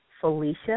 Felicia